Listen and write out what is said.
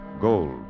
gold